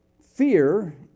fear